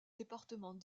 départements